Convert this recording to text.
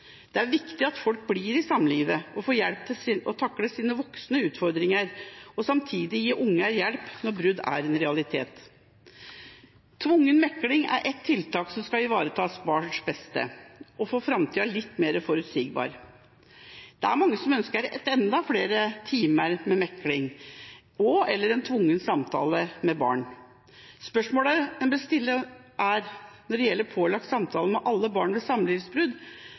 Det er viktig at folk forblir i samlivet og får hjelp til å takle sine utfordringer som voksne, og samtidig gi barna hjelp når bruddet er en realitet. Tvungen megling er ett tiltak som skal ivareta barnas beste og få framtida litt mer forutsigbar. Det er mange som ønsker enda flere pålagte timer med megling og/eller en tvungen samtale med barn. Spørsmålet en bør stille når det gjelder pålagt samtale med alle barn ved samlivsbrudd,